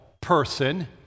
person